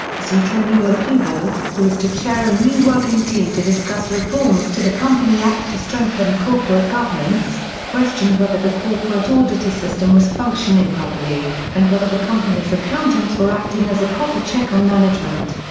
tsutomu okubo, who is to chair a new working team to discuss reforms to the company act to strengthen corporate governance, questioned whether the corporate auditor system was functioning properly, and whether the company's accountants were acting as a proper check on management.